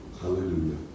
Hallelujah